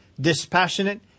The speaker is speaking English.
dispassionate